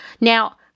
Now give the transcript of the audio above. Now